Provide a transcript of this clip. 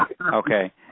Okay